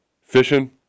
fishing